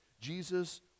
Jesus